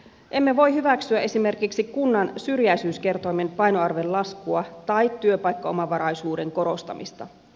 emme voi hyväksyä esimerkiksi kunnan syrjäisyyskertoimen painoarvon laskua tai työpaikkaomavaraisuuden korostamista